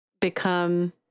become